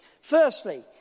Firstly